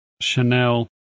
Chanel